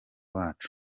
wacu